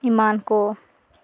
ᱮᱢᱟᱱ ᱠᱚ